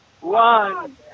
one